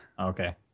Okay